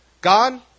God